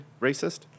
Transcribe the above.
racist